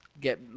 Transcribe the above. get